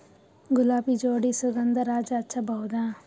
ಗುಲಾಬಿ ಜೋಡಿ ಸುಗಂಧರಾಜ ಹಚ್ಬಬಹುದ?